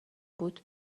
بود